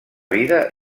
vida